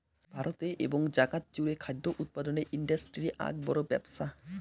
ভারতে এবং জাগাত জুড়ে খাদ্য উৎপাদনের ইন্ডাস্ট্রি আক বড় ব্যপছা